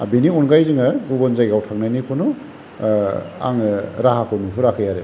बिनि अनगायै जोङो गुबुन जायगायाव थांनायनि कुनु आङो राहा नुहुराखै आरो